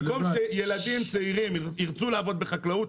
במקום שילדים צעירים ירצו לעבוד בחקלאות,